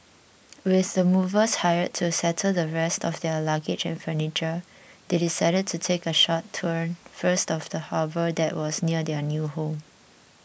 with the movers hired to settle the rest of their luggage and furniture they decided to take a short tour first of the harbour that was near their new home